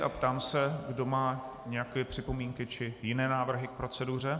Ptám se, kdo má nějaké připomínky či jiné návrhy k proceduře.